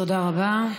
תודה רבה.